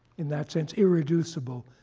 in that sense, irreducible,